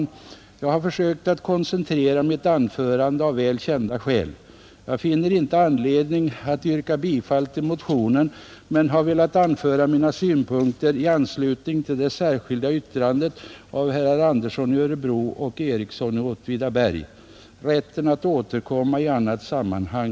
Jag har av väl kända skäl försökt att koncentrera mitt anförande, Jag finner inte anledning att yrka bifall till motionen men har velat anföra mina synpunkter i anslutning till det särskilda yttrandet av herrar Andersson i Örebro och Ericsson i Åtvidaberg. Jag förbehåller mig givetvis rätten att återkomma i annat sammanhang.